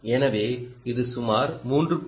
எனவே இது சுமார் 3